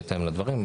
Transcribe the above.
בהתאם לדברים,